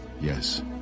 Yes